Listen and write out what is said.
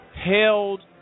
held